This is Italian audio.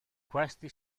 questi